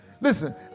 Listen